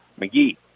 McGee